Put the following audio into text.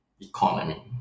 economy